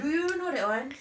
do you know that one